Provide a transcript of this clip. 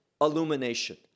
illumination